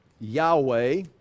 Yahweh